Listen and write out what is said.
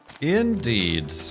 Indeed